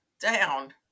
down